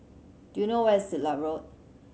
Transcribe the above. do you know where is Siglap Road